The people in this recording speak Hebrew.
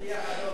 שטיח אדום.